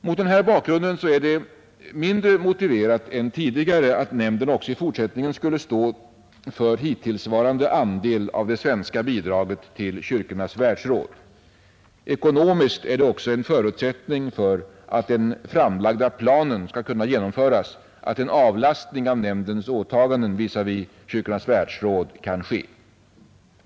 Mot denna bakgrund är det mindre motiverat än tidigare att nämnden också i fortsättningen skulle stå för hittillsvarande andel av det svenska bidraget till Kyrkornas världsråd. Ekonomiskt är det också en förutsättning för att den framlagda planen skall kunna genomföras att en avlastning av nämndens åtaganden visavi Kyrkornas världsråd kan ske.